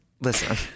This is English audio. Listen